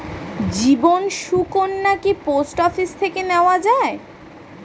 জীবন সুকন্যা কি post office থেকে নেওয়া যায়?